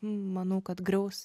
manau kad griaus